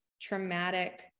traumatic